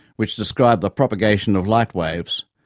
which describe the propagation of light waves,